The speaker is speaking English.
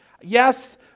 Yes